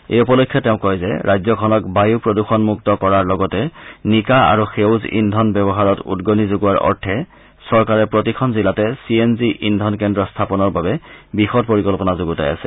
এই উপলক্ষে তেওঁ কয় যে ৰাজ্যখনক বায়ু প্ৰদূষণমুক্ত কৰাৰ লগতে নিকা আৰু সেউজ ইন্ধন ব্যৱহাৰত উদগনি যোগাৱাৰ অৰ্থে চৰকাৰে প্ৰতিখন জিলাতে চি এন জি ইন্ধন কেন্দ্ৰ স্থাপনৰ বাবে বিশদ পৰিকল্পনা যুণ্ডতাই আছে